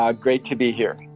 ah great to be here.